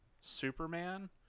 Superman